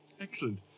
Excellent